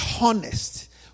honest